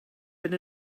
been